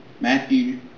Matthew